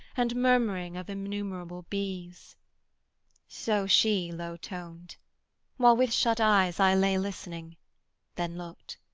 and murmuring of innumerable bees so she low-toned while with shut eyes i lay listening then looked.